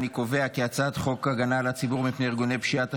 אני קובע כי הצעת חוק הגנה על הציבור מפני ארגוני פשיעה,